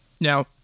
Now